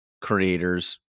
creators